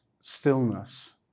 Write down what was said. stillness